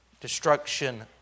destruction